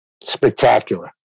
Spectacular